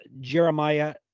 Jeremiah